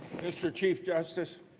mr. chief justice